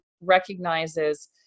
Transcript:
recognizes